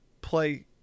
play